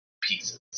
pieces